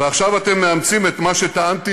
ועכשיו אתם מאמצים את מה שטענתי.